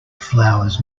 flowers